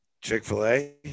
Chick-fil-A